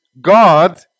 God